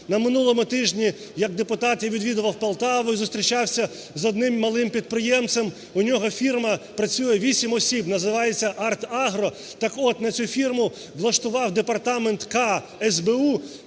На минулому тижні як депутат я відвідував Полтаву і зустрічався з одним малим підприємцем, у нього фірма працює, вісім осіб, називається "Арт-агро". Так-от на цю фірму влаштував департамент "К" СБУ